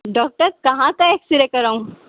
doctor کہاں کا x ray کراؤں